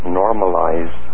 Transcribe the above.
normalize